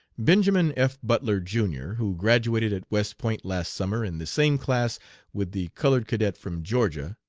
benjamin f. butler, jr, who graduated at west point last summer in the same class with the colored cadet from georgia,